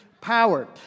power